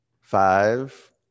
Five